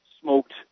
smoked